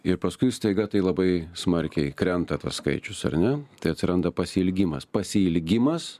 ir paskui staiga tai labai smarkiai krenta tas skaičius ar ne tai atsiranda pasiilgimas pasiilgimas